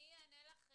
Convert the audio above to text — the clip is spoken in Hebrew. אני אענה לך,